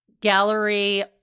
gallery